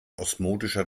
osmotischer